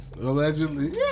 Allegedly